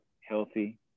healthy